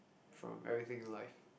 from everything in life